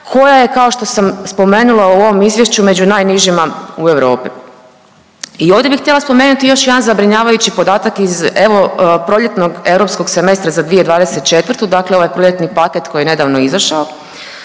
koja je kao što sam spomenula u ovom izvješću među najnižima u Europi. I ovdje bih htjela spomenuti još jedan zabrinjavajući podatak iz evo Proljetnog europskog semestra za 2024., dakle ovaj proljetni paket koji je nedavno izašao,